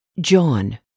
John